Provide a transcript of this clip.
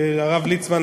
הרב ליצמן,